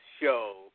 show